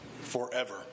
forever